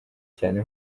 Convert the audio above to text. cyane